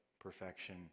perfection